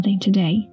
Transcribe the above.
today